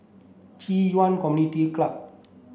Ci Yuan Community Club